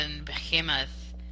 Behemoth